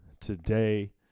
today